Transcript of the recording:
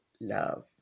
love